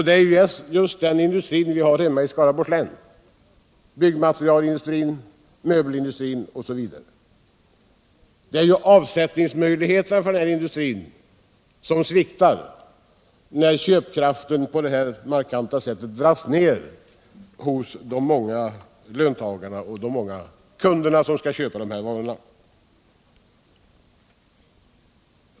Det är just den typen av industri — byggmaterialindustri, möbelindustri osv. — som vi har i Skaraborgs län. Avsättningsmöjligheterna för dessa industrier sviktar när köpkraften på ett markant sätt dras ner hos de många löntagare och kunder som skulle köpa varorna.